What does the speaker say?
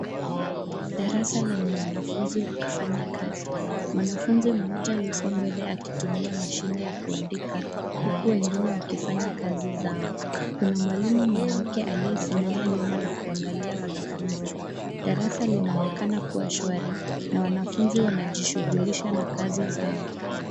Darasa lenye wanafunzi wakifanya kazi. Mwanafunzi mmoja yuko mbele akitumia mashine ya kuandika huku wengine wakifanya kazi zao. Kuna mwalimu mwanamke aliyesimama nyuma na kuangalia wanafunzi. Darasa linaonekana kuwa shwari na wanafunzi wanajishughulisha na kazi zao.